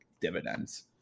dividends